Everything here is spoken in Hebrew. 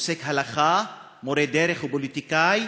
פוסק הלכה, מורה דרך ופוליטיקאי,